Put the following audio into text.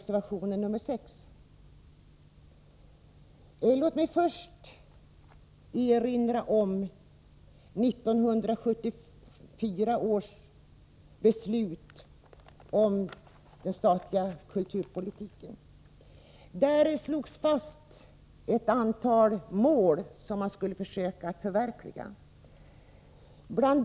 | Först och främst vill jag erinra om 1974 års beslut om den statliga 105 kulturpolitiken. Man slog fast ett antal mål som man skulle försöka förverkliga.